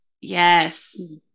yes